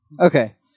Okay